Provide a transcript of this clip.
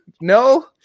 No